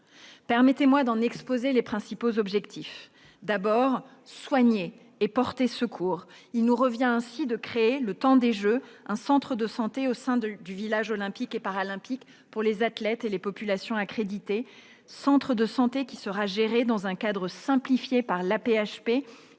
Permettez-moi d'en exposer les principaux objectifs. Il s'agit, d'abord, de soigner et de porter secours. Il nous revient de créer, le temps des Jeux, un centre de santé au sein du village olympique et paralympique pour les athlètes et les personnes accréditées. Ce centre sera géré, dans un cadre simplifié, par